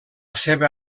seva